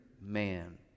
man